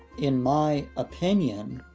in my opinion,